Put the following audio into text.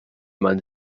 mann